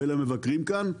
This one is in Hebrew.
ולמבקרים כאן,